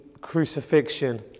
crucifixion